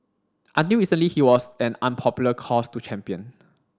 until recently he was an unpopular cause to champion